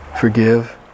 forgive